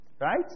Right